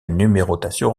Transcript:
numérotation